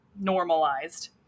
normalized